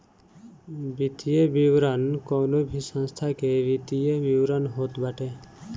वित्तीय विवरण कवनो भी संस्था के वित्तीय विवरण होत बाटे